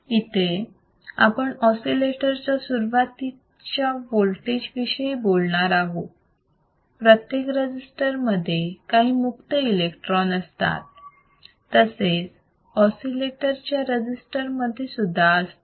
इथे आपण ऑसिलेटर च्या सुरुवातीच्या वोल्टेज विषयी बोलणार आहोत प्रत्येक रजिस्टरमध्ये काही मुक्त इलेक्ट्रॉन्स असतात तसेच ऑसिलेटर च्या रजिस्टर मध्ये सुद्धा असतात